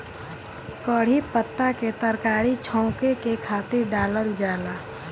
कढ़ी पत्ता के तरकारी छौंके के खातिर डालल जाला